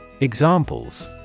Examples